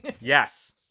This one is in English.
Yes